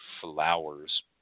flowers